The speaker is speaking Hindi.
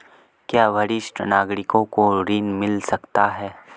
क्या वरिष्ठ नागरिकों को ऋण मिल सकता है?